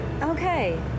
okay